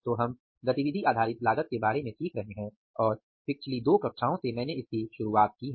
तो हम गतिविधि आधारित लागत के बारे में सीख रहे हैं और पिछली दो कक्षाओं से मैंने इसकी शुरुआत की है